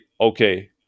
okay